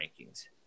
rankings